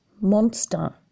monster